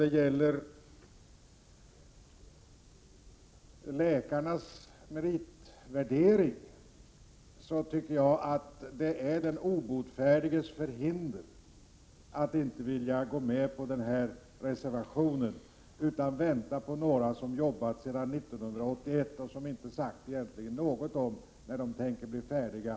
Vad gäller läkarnas meritvärdering är det den obotfärdiges förhinder att inte vilja gå med på reservationen och att vänta på några som har jobbat sedan 1981 men som inte har sagt något om när de tänker bli färdiga.